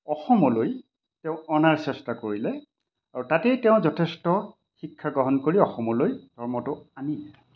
অসমলৈ তেওঁ অনাৰ চেষ্টা কৰিলে আৰু তাতেই তেওঁ যথেষ্ট শিক্ষা গ্ৰহণ কৰি অসমলৈ ধৰ্মটো আনিলে